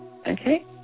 Okay